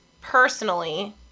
personally